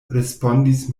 respondis